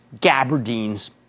gabardines